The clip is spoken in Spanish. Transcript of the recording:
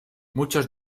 muchos